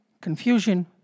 confusion